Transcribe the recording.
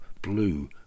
blue